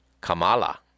Kamala